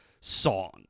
song